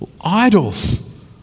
Idols